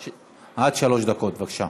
בבקשה.